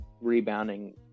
rebounding